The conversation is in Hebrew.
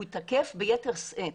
הוא תקף ביתר שאת.